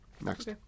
next